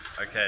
Okay